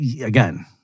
again